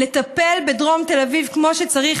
לטפל בדרום תל אביב כמו שצריך,